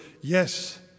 yes